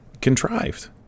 Contrived